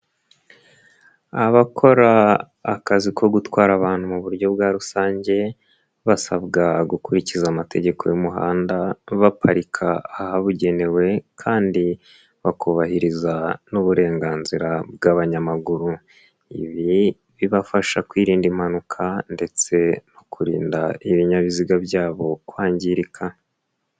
Abakora akazi ko gutwara abantu mu buryo bwa rusange, basabwa gukurikiza amategeko y'umuhanda baparika ahabugenewe kandi bakubahiriza n'uburenganzira bw'abanyamaguru, ibi bibafasha kwirinda impanuka ndetse no kurinda ibinyabiziga byabo kwangirika.